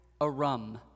arum